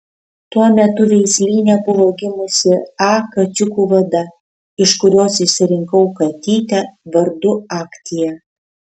tuo metu veislyne buvo gimusi a kačiukų vada iš kurios išsirinkau katytę vardu aktia